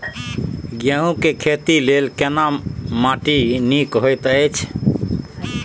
गेहूँ के खेती लेल केना माटी नीक होयत अछि?